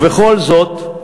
ובכל זאת,